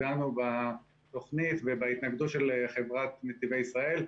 דנו בוועדה המחוזית בתוכנית ובהתנגדות של חברת נתיבי ישראל.